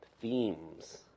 themes